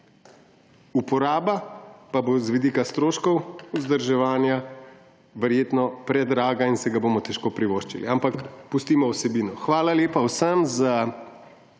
uporaba pa bo z vidika stroškov vzdrževanja verjetno predraga in si ga bomo težko privoščili, ampak pustimo vsebino. Hvala lepa vsem za